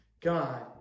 God